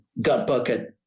gut-bucket